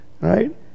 right